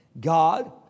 God